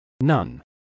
None